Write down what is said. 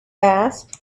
asked